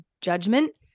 judgment